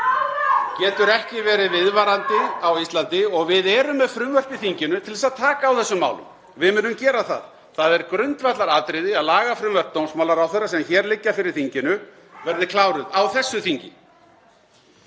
getur ekki verið viðvarandi á Íslandi og við erum með frumvörp í þinginu til þess að taka á þessum málum. Við munum gera það. Það er grundvallaratriði að lagafrumvörp dómsmálaráðherra sem hér liggja fyrir þinginu verði kláruð á þessu þingi.